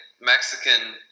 Mexican